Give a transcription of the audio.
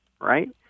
Right